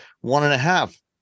one-and-a-half